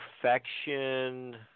perfection